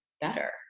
better